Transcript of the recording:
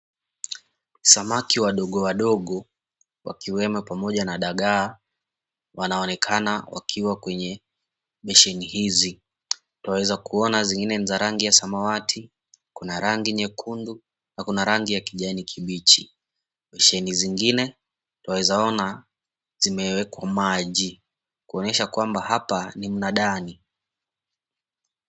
Samaki wadogo wadogo wakiwemo pamoja na dagaa wanaonekana wakiwa kwenye besheni hizi twaweza kuona zingine ni za rangi ya samawati kuna rangi nyekundu na kuna rangi ya kijani kibichi besheni zingine twaweza ona zimewekwa maji kuonyesha kwamba hapa ni mnadani.